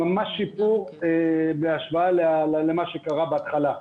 ממש שיפור בהשוואה למה שקרה בהתחלה.